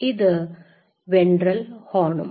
ഇത് വെൻട്രൽ ഹോണും